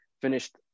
finished